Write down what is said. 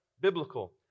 biblical